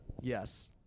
Yes